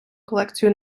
колекцію